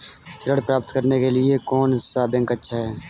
ऋण प्राप्त करने के लिए कौन सा बैंक अच्छा है?